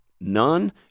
none